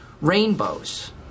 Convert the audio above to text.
rainbows